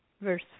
verse